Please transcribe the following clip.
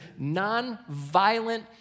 nonviolent